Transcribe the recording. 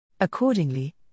Accordingly